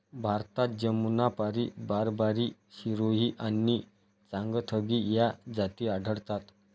भारतात जमुनापारी, बारबारी, सिरोही आणि चांगथगी या जाती आढळतात